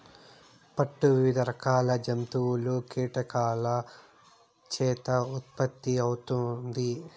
పట్టు వివిధ రకాల జంతువులు, కీటకాల చేత ఉత్పత్తి అవుతుంది